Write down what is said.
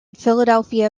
philadelphia